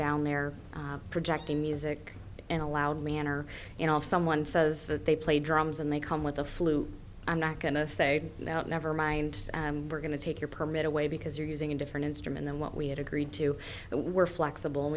down there projecting music and allowed man or you know if someone says that they play drums and they come with the flu i'm not going to say now nevermind we're going to take your permit away because you're using a different instrument than what we had agreed to that we're flexible and